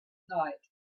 night